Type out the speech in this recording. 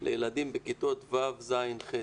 לילדים בכיתות ו', ז', ח',